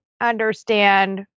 understand